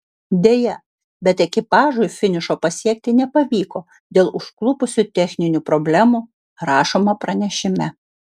deja bet ekipažui finišo pasiekti nepavyko dėl užklupusių techninių problemų rašoma pranešime